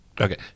Okay